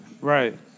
Right